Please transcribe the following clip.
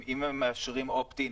אם הם מאשרים opt in,